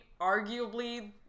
arguably